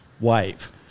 wave